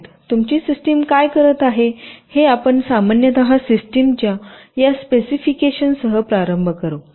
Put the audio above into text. तुमची सिस्टिम काय करत आहे हे आपण सामान्यत सिस्टमच्या या स्पेसिफिकेशनसह प्रारंभ करा